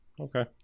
okay